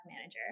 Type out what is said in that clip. manager